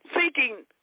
seeking